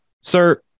sir